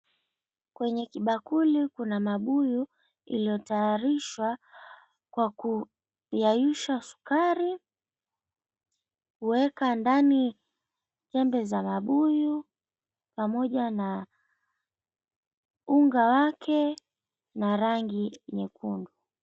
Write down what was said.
Kwenye kibakuli kuna mabuyu, iliyotayarishwa kwa kuyayusha sukari, kuweka ndani tembe za mabuyu, pamoja na unga wake na rangi nyekundu.